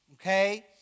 Okay